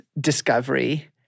discovery